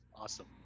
Awesome